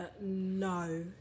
no